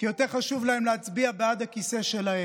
כי יותר חשוב להם להצביע בעד הכיסא שלהם.